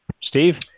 Steve